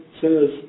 says